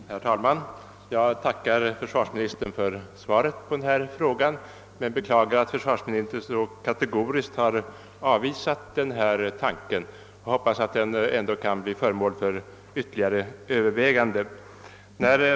Herr talman! Jag tackar försvarsministern för svaret på min fråga men beklagar att statsrådet så kategoriskt avvisar min tanke. Jag hoppas emellertid att den kan bli föremål för ytterligare överväganden.